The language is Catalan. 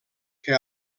que